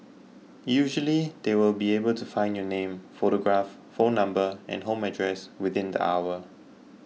usually they will be able to find your name photograph phone number and home address within the hour